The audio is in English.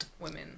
women